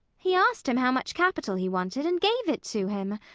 he asked him how much capital he wanted, and gave it to him.